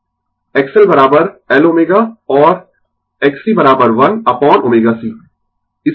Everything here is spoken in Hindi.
XL L ω और Xc 1 अपोन ω c